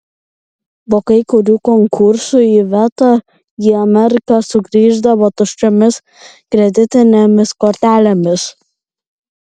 po kai kurių konkursų iveta į ameriką sugrįždavo tuščiomis kreditinėmis kortelėmis